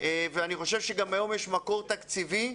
אני חושב שיש היום מקור תקציבי.